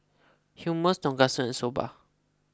Hummus Tonkatsu and Soba